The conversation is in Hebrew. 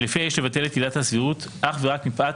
שלפיה יש לבטל את עילת הסבירות אך ורק מפאת